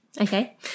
Okay